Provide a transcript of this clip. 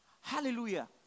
Hallelujah